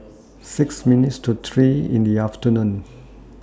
six minutes to three in The afternoon